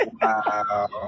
Wow